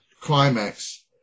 climax